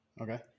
okay